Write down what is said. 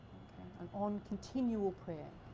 and on continual prayer.